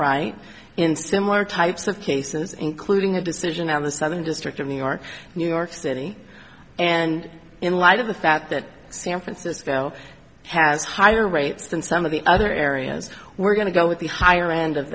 right in similar types of cases including a decision on the southern district of new york new york city and in light of the fact that san francisco has higher rates than some of the other areas we're going to go with the higher end of